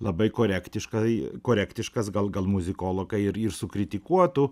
labai korektiškai korektiškas gal gal muzikologai ir ir sukritikuotų